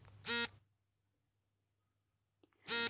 ನಾನು ಖಾತೆ ತೆರೆಯಲು ಸಲ್ಲಿಸಬೇಕಾದ ಕೆ.ವೈ.ಸಿ ದಾಖಲೆಗಳಾವವು?